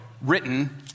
written